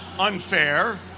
Unfair